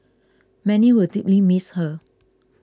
many will deeply miss her